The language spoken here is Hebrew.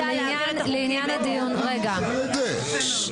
שניה אתה לסדר.